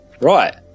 Right